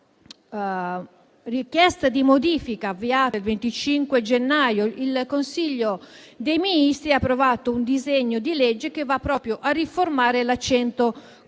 una richiesta di modifica, il 25 gennaio, il Consiglio dei ministri ha approvato un disegno di legge che va proprio a riformare tale